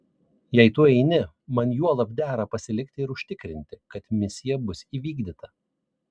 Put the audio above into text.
jei tu eini man juolab dera pasilikti ir užtikrinti kad misija bus įvykdyta